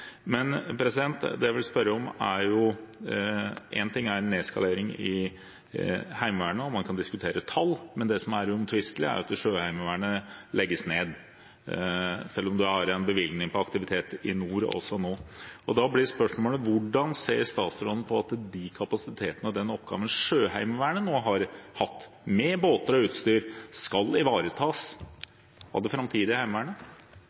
men det som er uomtvistelig, er at Sjøheimevernet legges ned – selv om man har en bevilgning på aktivitet i nord også nå. Da blir spørsmålet: Hvordan ser statsråden på at de kapasitetene og den oppgaven Sjøheimevernet nå har hatt med båter og utstyr, skal ivaretas av det framtidige Heimevernet?